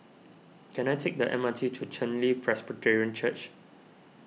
can I take the M R T to Chen Li Presbyterian Church